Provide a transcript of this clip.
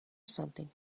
something